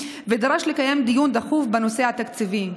ודרש לקיים דיון דחוף בנושא התקציבים.